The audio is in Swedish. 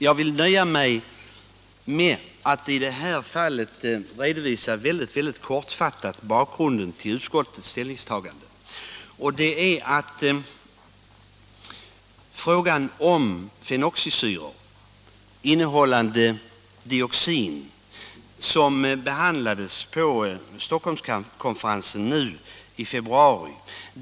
Jag vill nöja mig med att i det här fallet redovisa mycket kortfattat bakgrunden till utskottets ställningstagande. Frågan om fenoxisyror innehållande dioxin behandlades på Stockholmskonferensen nu i februari.